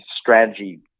strategy